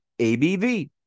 abv